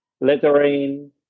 lettering